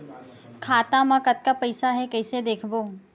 खाता मा कतका पईसा हे कइसे देखबो?